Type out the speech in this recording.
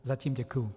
Zatím děkuji.